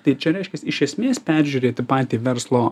tai čia reiškias iš esmės peržiūrėti patį verslo